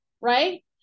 right